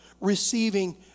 receiving